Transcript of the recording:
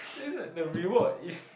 is like the reward is